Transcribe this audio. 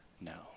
No